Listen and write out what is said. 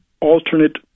alternate